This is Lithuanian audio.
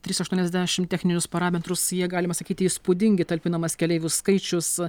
trys aštuoniasdešim techninius parametrus jie galima sakyti įspūdingi talpinamas keleivių skaičius